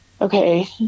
okay